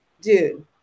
Dude